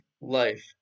life